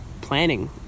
planning